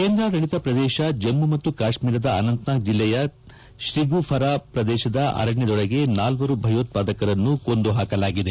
ಕೇಂದ್ರಾಡಳಿತ ಪ್ರದೇಶ ಜಮ್ಮು ಮತ್ತು ಕಾಶ್ಮೀರದ ಅನಂತನಾಗ್ ಜಿಲ್ಲೆಯ ಶ್ರಿಘುಫರ ಪ್ರದೇಶದ ಅರಣ್ಯದೊಳಗೆ ನಾಲ್ವರು ಭಯೋತ್ವಾದಕರನ್ನು ಕೊಂದುಹಾಕಲಾಗಿದೆ